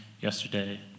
yesterday